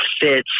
fits